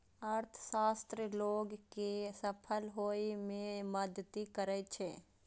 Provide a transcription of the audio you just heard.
अर्थशास्त्र लोग कें सफल होइ मे मदति करै छै